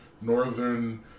Northern